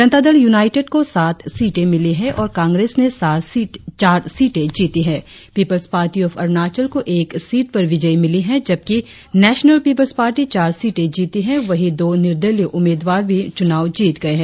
जनता Dal united को सात सीटें मिलीं है और कांग्रेस ने चार सीटे जीती है पीपुल्स पार्टी ऑफ अरुणाचल को एक सीट पर विजय मिली है जबकि नेशनल पीपुल्स पार्टी चार सीटे जीती है वही दो निर्दलीय उम्मीदवार भी चुनाव जीत गये है